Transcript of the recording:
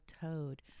toad